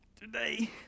today